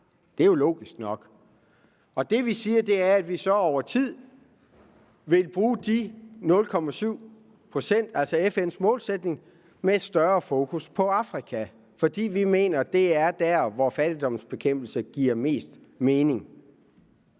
Det er jo logisk nok. Det, vi siger, er, at vi så over tid vil bruge de 0,7 pct., altså FN's målsætning, med et større fokus på Afrika, fordi vi mener, det er der, fattigdomsbekæmpelse giver mest mening.